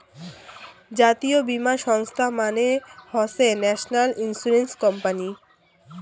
জাতীয় বীমা সংস্থা মানে হসে ন্যাশনাল ইন্সুরেন্স কোম্পানি